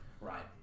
Right